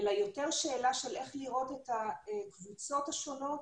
זה יותר שאלה של איך לראות את הקבוצות השונות